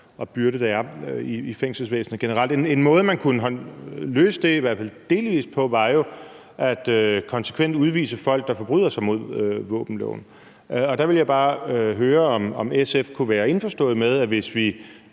generelt er i fængselsvæsenet. En måde, man kunne løse det på, i hvert fald delvis, var jo konsekvent at udvise folk, der forbryder sig mod våbenloven. Og der vil jeg bare høre, om SF kunne være indforstået med, at hvis vi